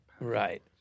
right